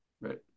Right